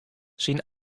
syn